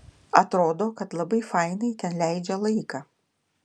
atrodo kad labai fainai ten leidžia laiką